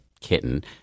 kitten